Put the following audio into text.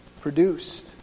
produced